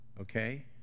okay